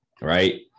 right